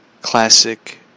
classic